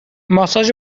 ماساژ